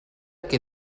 que